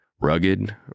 Rugged